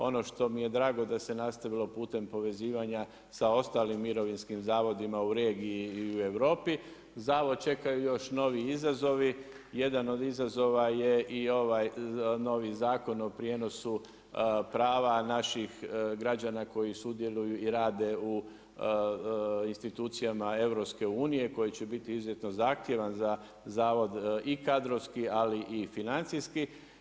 Ono što mi je drago da se nastavilo putem povezivanja sa ostalim mirovinskim zavodima u regiji i u Europi, zavod čekaju još novi izazovi, jedna od izazova je i ovaj novi zakon o prijenosu prava naših građana koji sudjeluju i rade u institucijama EU-a, koji će biti izuzetno zahtjevan za zavod i kadrovski ali i financijski.